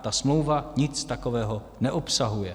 Ta smlouva nic takového neobsahuje.